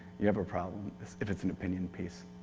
you have a problem if it's an opinion piece.